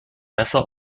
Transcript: messer